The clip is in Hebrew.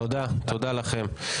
תודה לכם.